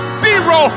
zero